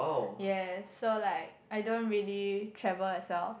yes so like I don't really travel as well